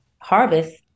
harvest